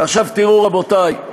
עכשיו תראו, רבותי,